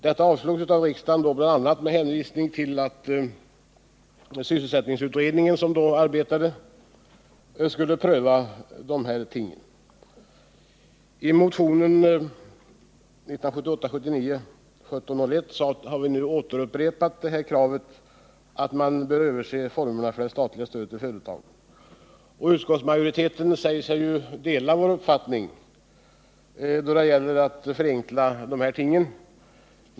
Detta avslogs då av riksdagen, bl.a. med hänvisning till att denna fråga borde prövas av sysselsättningsutredningen som då arbetade. I motionen 1978/79:1701 har vi upprepat kravet på att man bör se över formerna för det statliga stödet till företagen. Utskottsmajoriteten säger sig dela vår uppfattning då det gäller att förenkla dessa ting.